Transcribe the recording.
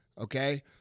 okay